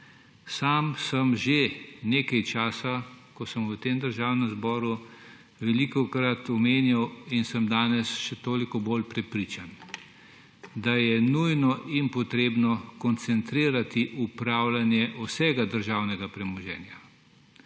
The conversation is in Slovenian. Sam sem že velikokrat, odkar sem v Državnem zboru, omenil in sem danes še toliko bolj prepričan, da je nujno in potrebno koncentrirati upravljanje vsega državnega premoženja.